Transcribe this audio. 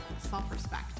self-respect